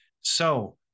So-